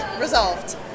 Resolved